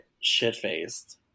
shit-faced